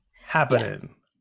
happening